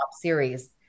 series